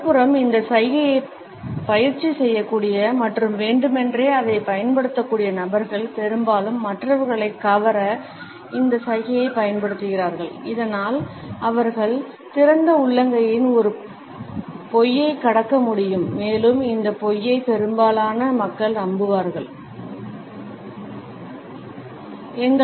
மறுபுறம் இந்த சைகையைப் பயிற்சி செய்யக்கூடிய மற்றும் வேண்டுமென்றே அதைப் பயன்படுத்தக்கூடிய நபர்கள் பெரும்பாலும் மற்றவர்களைப் கவர இந்த சைகையைப் பயன்படுத்துகிறார்கள் மேலும் அவர் அந்தப் பொய்யை மறைத்து கடந்துசெல்ல முயற்சிப்பார்கள் மற்றும் பெரும்பாலான மக்கள் அவர் கூறிய பொய்யை நம்புவார்கள்